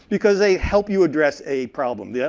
because they help you address a problem. yeah